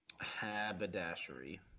Haberdashery